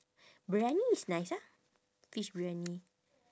briyani is nice ah fish briyani